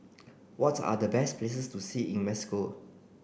what are the best places to see in Mexico